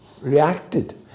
reacted